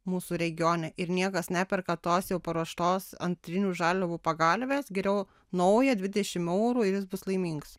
mūsų regione ir niekas neperka tos jau paruoštos antrinių žaliavų pagalvės geriau naują dvidešim eurų ir jis bus laimingas